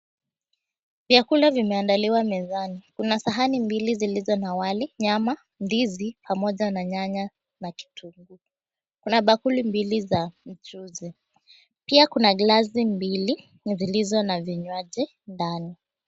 Vyakula vimeandaliwa mezani. Kuna sahani mbili zilizo na wali, nyama, ndizi, pamoja na nyanya na kitunguu. Kuna bakuli mbili za mchuzi, pia kuna glasi mbili zilizo na vinywaji ndani.